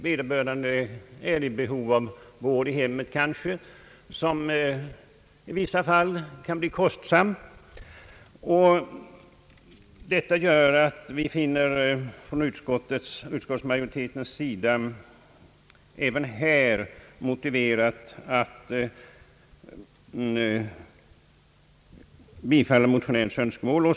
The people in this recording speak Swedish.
Vederbörande är kanske i behov av vård i hemmet, vilket i vissa fall kan bli kostsamt. Inom utskottsmajoriteten finner vi det därför även här motiverat att bifalla motionärens önskemål.